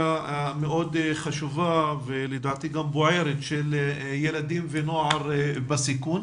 המאוד חשובה ולדעתי גם בוערת של ילדים ונוער בסיכון.